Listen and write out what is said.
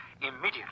Immediately